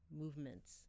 movements